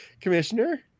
Commissioner